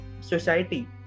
society